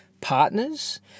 partners